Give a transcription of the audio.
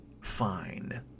fine